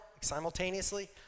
simultaneously